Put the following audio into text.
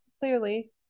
clearly